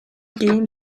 game